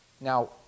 Now